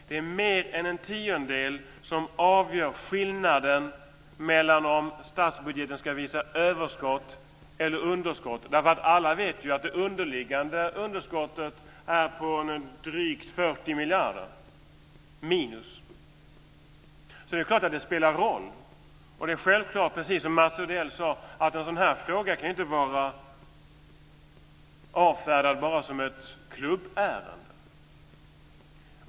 Det är mer än en tiondel som avgör skillnaden mellan om statsbudgeten ska visa överskott eller underskott. Alla vet ju att det underliggande underskottet är drygt 40 miljarder minus. Så det är klart att det spelar roll. Det är också självklart, precis som Mats Odell sade, att en sådan här fråga inte kan avfärdas som bara ett klubbärende.